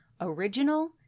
original